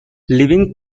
living